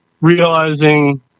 realizing